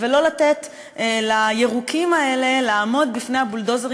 ולא לתת לירוקים האלה לעמוד בפני הבולדוזרים